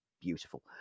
Beautiful